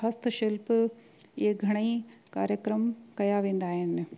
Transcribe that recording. हस्त शिल्प हीअ घणेई कार्यक्रम कया वेंदा आहिनि